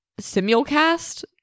simulcast